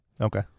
Okay